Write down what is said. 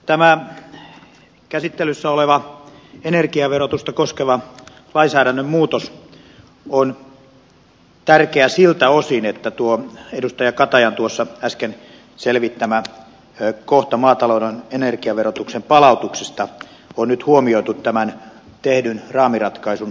tämä käsittelyssä oleva energiaverotusta koskeva lainsäädännön muutos on tärkeä siltä osin että tuo edustaja katajan äsken selvittämä kohta maatalouden energiaverotuksen palautuksista on nyt huomioitu tämän tehdyn raamiratkaisun yhteydessä